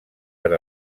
per